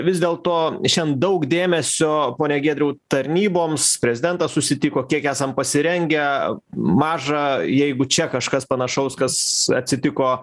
vis dėl to šian daug dėmesio pone giedriau tarnyboms prezidentas susitiko kiek esam pasirengę maža jeigu čia kažkas panašaus kas atsitiko